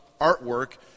artwork